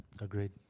agreed